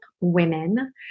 women